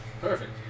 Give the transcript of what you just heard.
Perfect